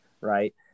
right